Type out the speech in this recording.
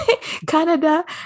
Canada